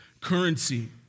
currency